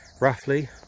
roughly